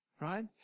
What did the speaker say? right